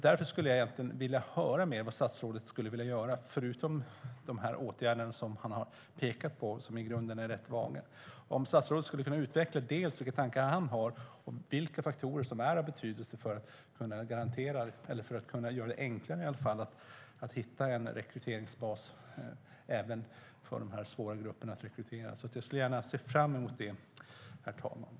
Därför skulle jag vilja höra vad statsrådet vill göra förutom de åtgärder som han pekat på och som i grunden är rätt vaga. Jag undrar om statsrådet kan utveckla vilka faktorer som är av betydelse för att göra det enklare att hitta en rekryteringsbas för den här gruppen. Jag ser fram emot det, herr talman.